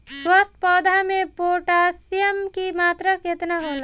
स्वस्थ पौधा मे पोटासियम कि मात्रा कितना होला?